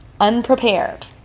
unprepared